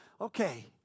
Okay